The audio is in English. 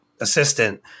assistant